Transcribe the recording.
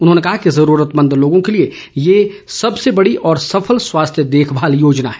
उन्होंने कहा कि जरूरतमंद लोगों के लिए यह सबसे बडी और सफल स्वास्थ्य देखभाल योजना है